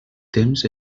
temps